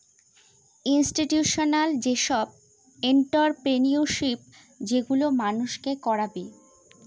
institutional যেসব entrepreneurship গুলো মানুষকে করাবে